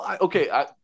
okay